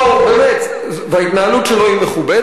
זה לא מכובד, לא, באמת, וההתנהלות שלו היא מכובדת?